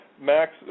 Max